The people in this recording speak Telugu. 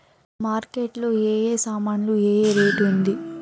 మార్కెట్ లో ఏ ఏ సామాన్లు ఏ ఏ రేటు ఉంది?